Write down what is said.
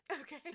Okay